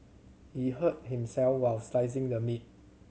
he hurt himself while slicing the meat